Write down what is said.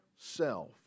Self